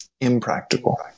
impractical